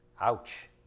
Ouch